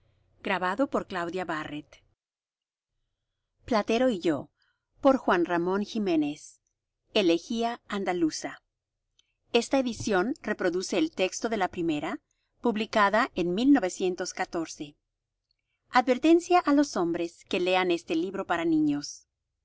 this project gutenberg ebook platero y yo produced by chuck greif víctor moné juan ramón jiménez platero y yo elegía andaluza esta edición reproduce el texto de la primera publicada en advertencia á los hombres que lean este libro para niños